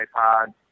iPod